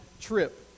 trip